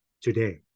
today